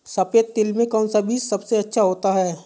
सफेद तिल में कौन सा बीज सबसे अच्छा होता है?